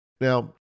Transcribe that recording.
Now